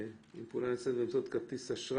ככל שניתנו, לפי סעיפים 5(ו), 7(ג)